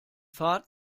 fahrt